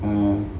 oh